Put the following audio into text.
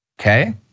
okay